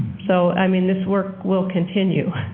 so i mean, this work will continue.